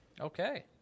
Okay